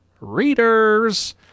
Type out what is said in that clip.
readers